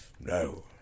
No